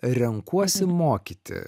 renkuosi mokyti